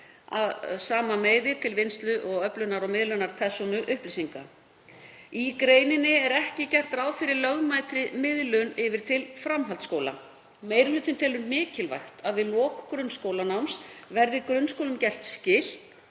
nr. 91/2008, til vinnslu, öflunar og miðlunar persónuupplýsinga o.fl. Í greininni er ekki gert ráð fyrir lögmætri miðlun gagna til framhaldsskóla. Meiri hlutinn telur mikilvægt að við lok grunnskólanáms verði grunnskólum gert skylt